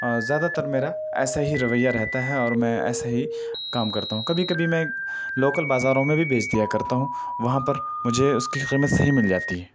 زیادہ تر میرا ایسا ہی رویہ رہتا ہے اور میں ایسا ہی کام کرتا ہوں کبھی کبھی میں لوکل بازاروں میں بھی بیچ دیا کرتا ہوں وہاں پر مجھے اس کی قیمت صحیح مل جاتی ہے